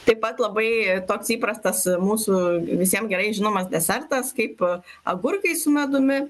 taip pat labai toks įprastas mūsų visiem gerai žinomas desertas kaip agurkai su medumi